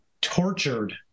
tortured